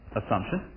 assumption